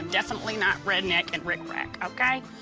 definitely not redneck and rickrack, okay?